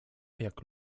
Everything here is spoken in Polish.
jak